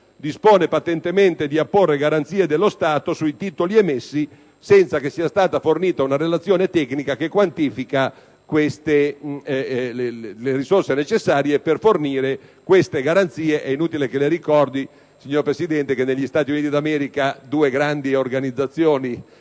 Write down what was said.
prevede patentemente l'assistenza di garanzie dello Stato sui titoli emessi, senza che sia stata fornita una Relazione tecnica che quantifichi le risorse necessarie per fornire queste garanzie. È inutile che le ricordi, signor Presidente, che negli Stati Uniti d'America due grandi organizzazioni